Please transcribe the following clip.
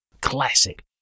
Classic